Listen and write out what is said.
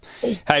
Hey